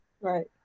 Right